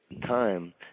time